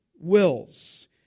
wills